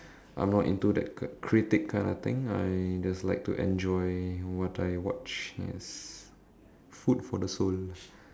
I'm not into that c~ critic kind of thing I just like to enjoy what I watch yes food for the soul